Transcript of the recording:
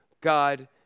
God